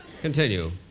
Continue